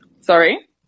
Sorry